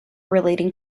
relating